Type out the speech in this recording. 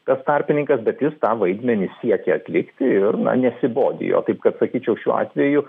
tas tarpininkas bet jis tą vaidmenį siekia atlikti ir na nesibodi jo taip kad sakyčiau šiuo atveju